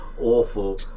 awful